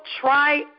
try